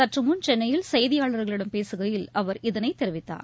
சற்றுமுன் சென்னையில் செய்தியாளர்களிடம் பேசுகையில் அவர் இதனைத் தெரிவித்தார்